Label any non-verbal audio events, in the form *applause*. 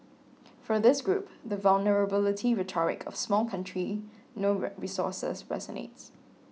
for this group the vulnerability rhetoric of small country no *unintelligible* resources resonates